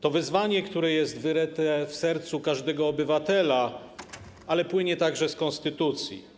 To wezwanie, które jest wyryte w sercu każdego obywatela, ale płynie także z konstytucji.